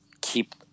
keep